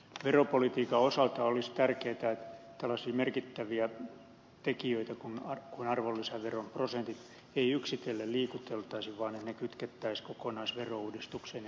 veropolitiikan osalta olisi tärkeätä että tällaisia merkittäviä tekijöitä kuin arvonlisäveron prosentit ei yksitellen liikuteltaisi vaan ne kytkettäisiin kokonaisverouudistukseen ja sellaisen tarpeessa me olemme